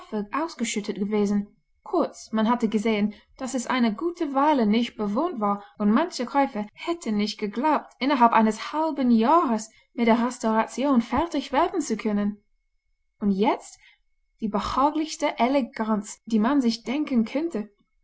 ausgeschüttet gewesen kurz man hatte gesehen daß es eine gute weile nicht bewohnt war und mancher käufer hätte nicht geglaubt innerhalb eines halben jahres mit der restauration fertig werden zu können und jetzt die behaglichste eleganz die man sich denken konnte